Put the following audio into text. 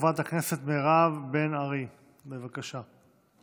חברת הכנסת מירב בן ארי, בבקשה.